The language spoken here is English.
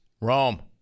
Rome